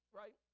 right